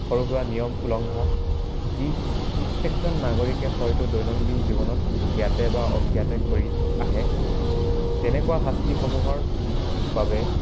সৰু সুৰা নিয়ম উলংঘা যি প্ৰত্যেকজন নাগৰিকে হয়তো দৈনন্দিন জীৱনত জ্ঞাতে বা অজ্ঞাতে কৰি আহে তেনেকুৱা শাস্তিসমূহৰ বাবে